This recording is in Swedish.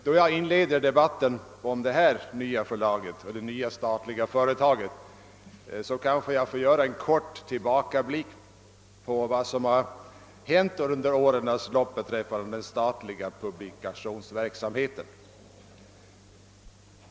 Då jag inleder debatten om detta nya statliga företag kanske jag får göra en kort tillbakablick på vad som har hänt under årens lopp i fråga om den statliga publikationsverksamheten.